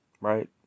right